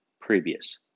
previous